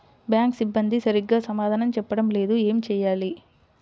Bank సిబ్బంది సరిగ్గా సమాధానం చెప్పటం లేదు ఏం చెయ్యాలి?